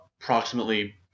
approximately